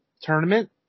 tournament